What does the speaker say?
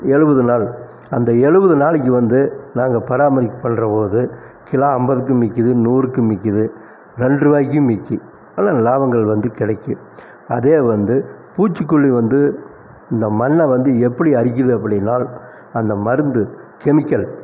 எழுபது நாள் அந்த எழுபது நாளைக்கு வந்து நாங்கள் பராமரிப்பு பண்ணுற போது கிலா ஐம்பதுக்கு விக்கிது நூறுக்கு விக்கிது ரெண்டு ரூபாய்க்கும் விக்கி நல்ல லாபங்கள் வந்து கிடைக்கும் அதே வந்து பூச்சிகொல்லி வந்து இந்த மண்ணை வந்து எப்படி அரிக்குது அப்படினால் அந்த மருந்து கெமிக்கல் அந்த